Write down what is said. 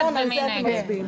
נכון, על זה אתם מצביעים.